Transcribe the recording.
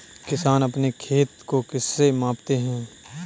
किसान अपने खेत को किससे मापते हैं?